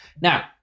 Now